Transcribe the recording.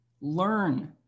Learn